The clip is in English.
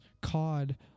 COD